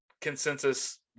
consensus